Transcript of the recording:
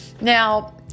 Now